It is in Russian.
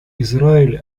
израиль